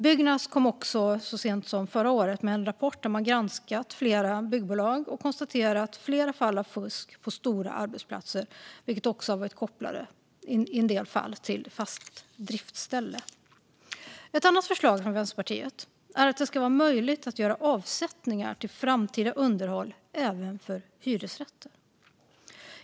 Byggnads kom så sent som förra året med en rapport där man hade granskat flera byggbolag och konstaterat flera fall av fusk på stora arbetsplatser, också kopplat till begreppet fast driftställe i en del fall. Ett annat förslag från Vänsterpartiet är att det ska vara möjligt att göra avsättningar till framtida underhåll även för hyresrätter.